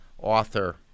author